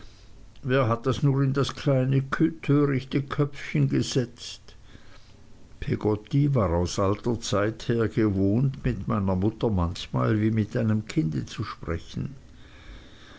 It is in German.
wer hat das nur in das kleine törichte köpfchen gesetzt peggotty war aus alter zeit her gewohnt mit meiner mutter manchmal wie mit einem kinde zu sprechen